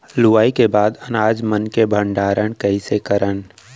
लुवाई के बाद अनाज मन के भंडारण कईसे करन?